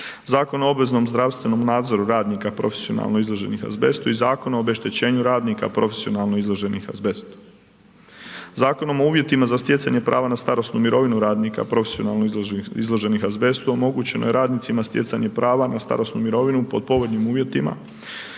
Zakon o obveznom zdravstvenom nadzoru radnika profesionalno izloženih azbestu i Zakon o obeštećenju radnika profesionalno izloženih azbestu. Zakonom o uvjetima za stjecanje prava na starosnu mirovinu radnika profesionalno izloženih azbestu omogućeno je radnicima stjecanje prava na starosnu mirovinu pod povoljnim uvjetima